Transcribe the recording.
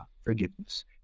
forgiveness